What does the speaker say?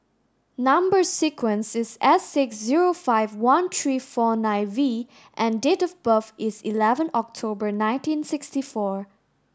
number sequence is S six zero five one three four nine V and date of birth is eleven October nineteen sixty four